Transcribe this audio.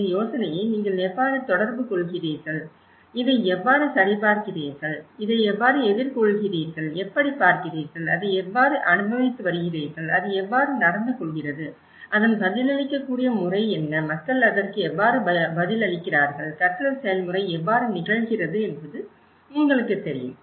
இந்த யோசனையை நீங்கள் எவ்வாறு தொடர்புகொள்கிறீர்கள் இதை எவ்வாறு சரிபார்க்கிறீர்கள் இதை எவ்வாறு எதிர்கொள்கிறீர்கள் எப்படிப் பார்க்கிறீர்கள் அதை எவ்வாறு அனுபவித்து வருகிறீர்கள் அது எவ்வாறு நடந்துகொள்கிறது அதன் பதிலளிக்கக்கூடிய முறை என்ன மக்கள் அதற்கு எவ்வாறு பதிலளிக்கிறார்கள் கற்றல் செயல்முறை எவ்வாறு நிகழ்கிறது என்பது உங்களுக்குத் தெரியும்